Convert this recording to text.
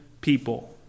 people